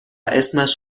اسمش